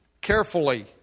Carefully